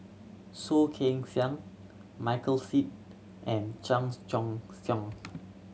Soh Kay Siang Michael Seet and Chan Choy Siong